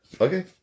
Okay